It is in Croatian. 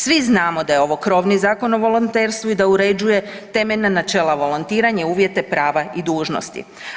Svi znamo da je ovo krovni Zakon o volonterstvu i da uređuje temeljna načela volontiranja, uvjete, prava i dužnosti.